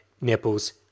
nipples